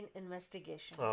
investigation